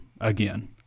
Again